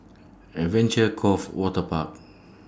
Adventure Cove Waterpark